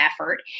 effort